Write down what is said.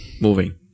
moving